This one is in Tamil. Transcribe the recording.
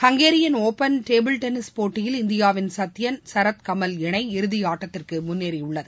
ஹங்கேரியன் ஒபன் டேபிள் டென்னிஸ் போட்டியில் இந்தியாவின் சத்தியன் சரத் கமல் இணை இறுதி ஆட்டத்திற்கு முன்னேறியுள்ளது